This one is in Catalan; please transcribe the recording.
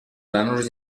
plànols